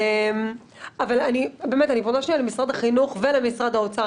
אני פונה למשרד החינוך ולמשרד האוצר,